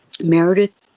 Meredith